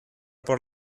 por